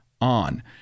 on